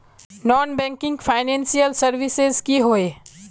Non banking financial services की होय?